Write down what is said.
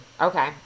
Okay